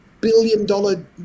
billion-dollar